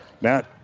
Matt